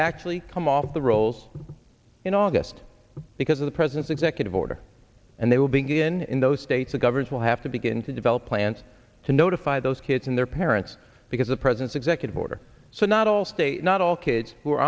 actually come off the rolls in august because of the president's executive order and they will begin in those states the governors will have to begin to develop plans to notify those kids and their parents because the president's executive order so not all states not all kids who are